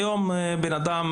היום אדם